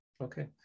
Okay